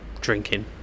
Drinking